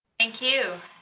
thank you.